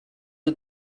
you